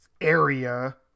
area